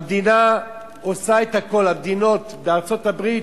המדינה עושה הכול, המדינות בארצות-הברית,